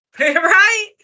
Right